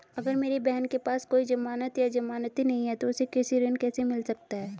अगर मेरी बहन के पास कोई जमानत या जमानती नहीं है तो उसे कृषि ऋण कैसे मिल सकता है?